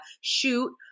shoot